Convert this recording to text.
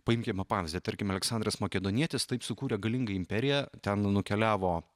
paimkime pavyzdį tarkime aleksandras makedonietis taip sukūrė galingą imperiją ten nukeliavo